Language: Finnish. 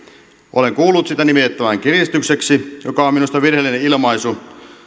olen kuullut sitä nimitettävän kiristykseksi joka on minusta virheellinen ilmaisu